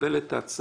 לקבל את ההצעה,